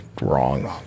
Wrong